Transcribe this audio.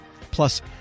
Plus